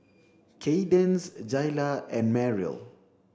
Kadence Jaylah and Merrill